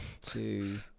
two